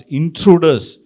intruders